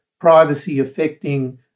privacy-affecting